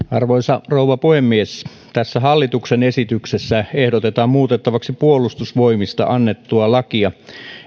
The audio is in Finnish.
arvoisa rouva puhemies tässä hallituksen esityksessä ehdotetaan muutettavaksi puolustusvoimista annettua lakia